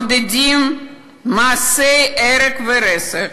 מעודדים מעשי הרג ורצח,